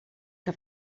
que